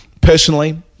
Personally